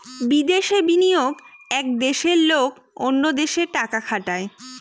বিদেশে বিনিয়োগ এক দেশের লোক অন্য দেশে টাকা খাটায়